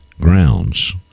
grounds